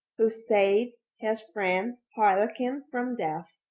who saves his friend, harlequin, from death.